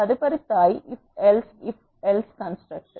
తదుపరి స్థాయి if else if else construct